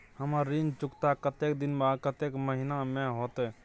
हमर ऋण चुकता कतेक दिन में आ कतेक महीना में होतै?